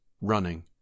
running